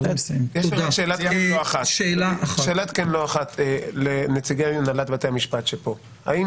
יש רק שאלה אחת לנציגי הנהלת בתי המשפט שנמצאים פה: האם